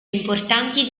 importanti